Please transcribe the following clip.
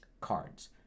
cards